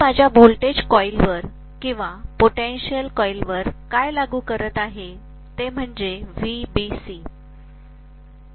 मी माझ्या व्होल्टेज कॉइलवर किंवा पोटेंशल कॉइलवर काय लागू करत आहे ते म्हणजे VBC